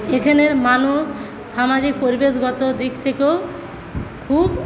এখানের মানুষ সামাজিক পরিবেশগত দিক থেকেও খুব